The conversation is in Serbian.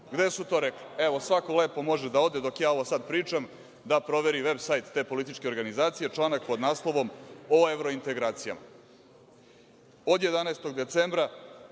su to rekli? Evo, svako lepo može da ode, dok ja ovo sad pričam, da proveri veb sajt te političke organizacije, članak pod naslovom – O evrointegracijama,